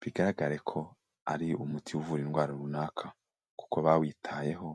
bigaragare ko ari umuti uvura indwara runaka kuko bawitayeho.